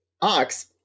Ox